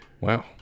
Wow